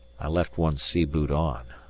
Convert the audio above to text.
i left one sea-boot on.